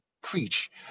preach